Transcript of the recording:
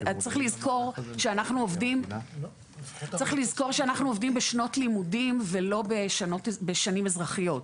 צריך לזכור שאנחנו עובדים בשנות לימודים ולא בשנים אזרחיות.